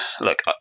look